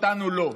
אותנו לא.